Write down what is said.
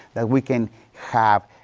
we can have,